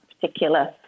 particular